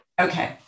Okay